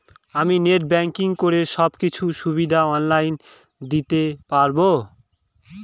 আমি net banking করে সব কিছু সুবিধা অন লাইন দিতে পারবো?